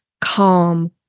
calm